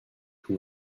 who